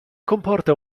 comporta